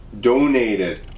donated